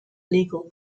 legal